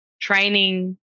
training